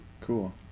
cool